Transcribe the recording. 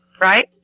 right